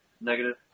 negative